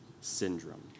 syndrome